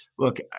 Look